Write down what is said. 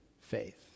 faith